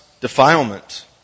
defilement